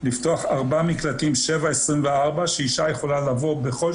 לפתוח ארבע מקלטים 24/7 שאישה יכולה לבוא בכל